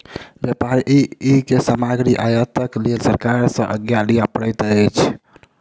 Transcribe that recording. व्यापारी के सामग्री आयातक लेल सरकार सॅ आज्ञा लिअ पड़ैत अछि